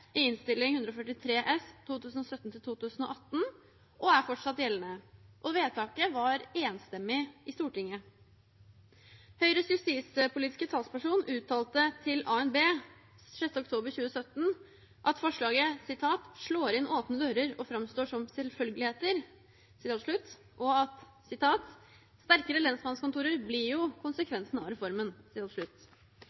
i Innst. 143 S for 2017–2018 og er fortsatt gjeldende. Vedtaket var enstemmig i Stortinget. Høyres justispolitiske talsperson uttalte til ANB 6. oktober 2017 at forslaget «slår inn åpne dører og framstår som selvfølgeligheter» og videre: «Sterkere lensmannskontorer blir jo konsekvensen av reformen.» Høyre og Fremskrittspartiet mente at